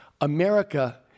America